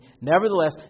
Nevertheless